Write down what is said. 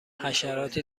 حشراتی